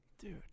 Dude